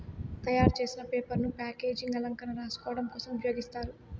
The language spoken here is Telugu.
తయారు చేసిన పేపర్ ను ప్యాకేజింగ్, అలంకరణ, రాసుకోడం కోసం ఉపయోగిస్తారు